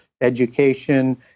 education